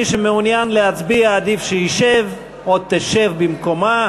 מי שמעוניין להצביע עדיף שישב או תשב במקומה,